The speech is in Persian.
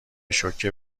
شوکه